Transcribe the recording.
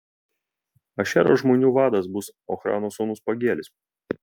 ašero žmonių vadas bus ochrano sūnus pagielis